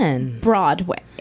Broadway